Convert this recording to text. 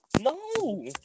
No